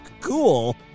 cool